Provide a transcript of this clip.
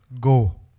Go